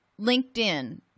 LinkedIn